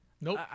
Nope